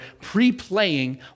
pre-playing